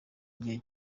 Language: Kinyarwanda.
igihe